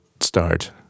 start